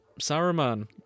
Saruman